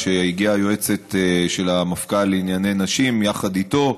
כשהגיעה היועצת של המפכ"ל לענייני נשים יחד איתו,